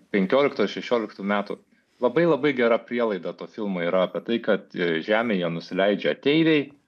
penkioliktų ar šešioliktų metų labai labai gera prielaida to filmo yra apie tai kad žemėje nusileidžia ateiviai